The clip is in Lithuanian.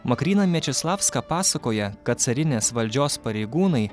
makryna miečislavska pasakoja kad carinės valdžios pareigūnai